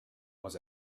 was